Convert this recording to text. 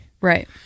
Right